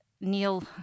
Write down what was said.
Neil